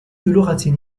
لغة